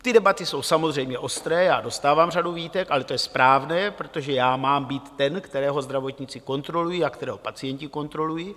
Ty debaty jsou samozřejmě ostré, já dostávám řadu výtek, ale to je správné, protože já mám být ten, kterého zdravotníci kontrolují a kterého pacienti kontrolují.